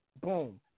boom